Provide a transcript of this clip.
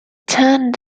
turned